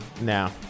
now